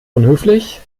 unhöflich